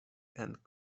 and